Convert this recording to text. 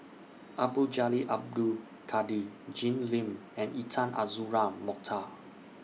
Abdul Jalil Abdul Kadir Jim Lim and Intan Azura Mokhtar